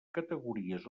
categories